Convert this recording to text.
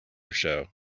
show